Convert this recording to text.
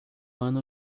ano